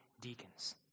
deacons